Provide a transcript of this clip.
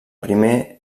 primer